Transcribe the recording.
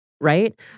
Right